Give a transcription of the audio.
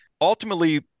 Ultimately